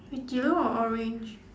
it's yellow or orange